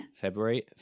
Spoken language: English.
February